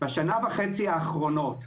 בשנה וחצי האחרונות,